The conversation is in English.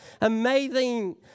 amazing